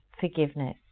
forgiveness